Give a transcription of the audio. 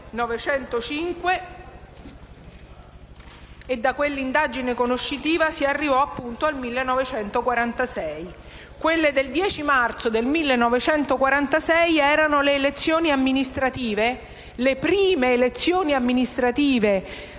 1905 e da quell'indagine conoscitiva si arrivò al 1946. Quelle del 10 marzo 1946 erano le elezioni amministrative, le prime elezioni amministrative